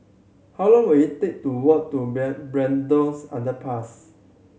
how long will it take to walk to Braddells Underpass